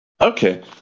okay